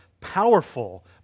powerful